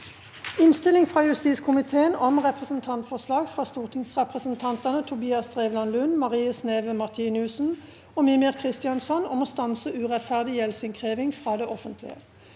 Innstilling fra justiskomiteen om Representantforslag fra stortingsrepresentantene Tobias Drevland Lund, Marie Sneve Martinussen og Mímir Kristjánsson om å stanse urettferdig gjeldsinnkreving fra det offentlige